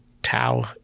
tau